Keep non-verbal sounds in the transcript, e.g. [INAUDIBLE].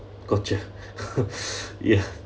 gotcha [LAUGHS] ya